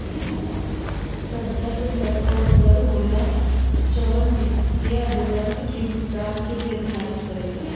संदर्भ दर उ दर होला जवन की वित्तीय अनुबंध में भुगतान के निर्धारित करेला